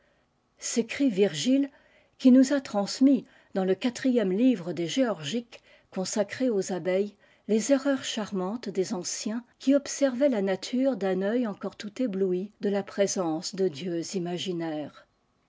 s'écrie virgile qui nous a transmis dans le quatrième livre des géorgiques consacré aux abeilles les erreurs charmantes des anciens qui observaient la nature d'un œil encore tout ébloui de la présence de dieux imaginaires